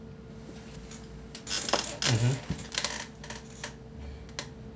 mmhmm